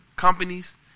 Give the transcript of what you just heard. Companies